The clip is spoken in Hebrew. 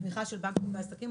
תמיכה של בנקים בעסקים,